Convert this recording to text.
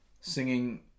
singing